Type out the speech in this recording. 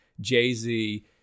Jay-Z